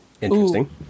Interesting